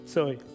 Sorry